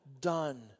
done